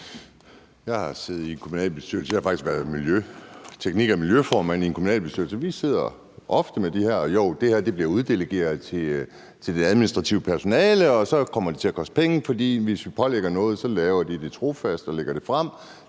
Jeg har siddet i en kommunalbestyrelse, jeg har faktisk været teknik- og miljøudvalgsformand i en kommunalbestyrelse, og vi sidder ofte med det her. Og ja, det bliver uddelegeret til det administrative personale, og så kommer det til at koste penge, for hvis vi pålægger nogen noget, laver de det trofast og lægger det frem.